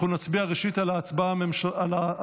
אנחנו נצביע ראשית על ההצעה הממשלתית: